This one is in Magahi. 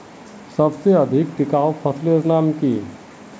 सबसे अधिक टिकाऊ फसलेर नाम की?